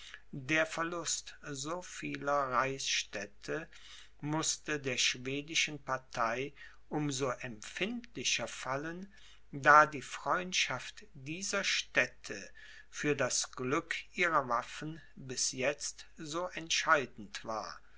der verlust so vieler reichsstädte mußte der schwedischen partei um so empfindlicher fallen da die freundschaft dieser städte für das glück ihrer waffen bis jetzt so entscheidend war